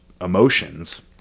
emotions